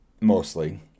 mostly